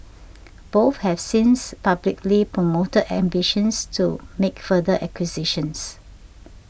both have since publicly promoted ambitions to make further acquisitions